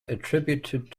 attributed